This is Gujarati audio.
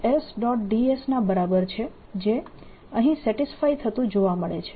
dS ના બરાબર છે જે અહીં સેટીસ્ફાય થતું જોવા મળે છે